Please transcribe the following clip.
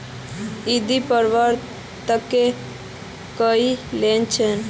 ईद पर्वेर केते कोई लोन छे?